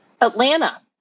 Atlanta